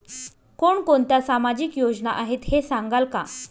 कोणकोणत्या सामाजिक योजना आहेत हे सांगाल का?